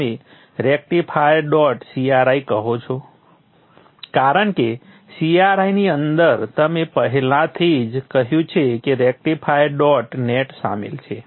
તમે rectifier dot cir કહો છો કારણ કે cir ની અંદર તમે પહેલાથી જ કહ્યું છે કે રેક્ટિફાયર ડોટ નેટ શામેલ છે